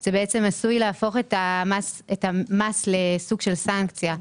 זה בעצם עשוי להפוך את המס לסוג של סנקציה.